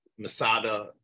Masada